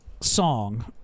song